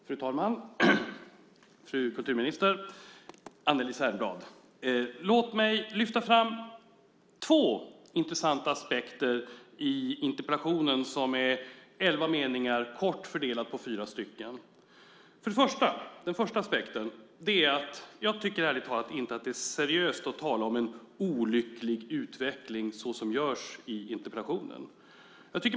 Fru talman, fru kulturminister och Anneli Särnblad! Låt mig lyfta fram två intressanta aspekter i interpellationen som är elva meningar kort fördelat på fyra stycken. Den första aspekten är att jag ärligt talat inte tycker att det är seriöst att tala om en olycklig utveckling såsom görs i interpellationen.